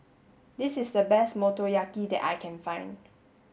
this is the best Motoyaki that I can find